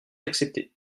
accepté